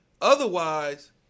Otherwise